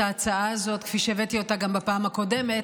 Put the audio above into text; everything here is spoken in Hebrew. ההצעה הזאת כפי שהבאתי אותה גם בפעם הקודמת.